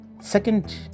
second